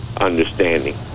understanding